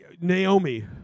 Naomi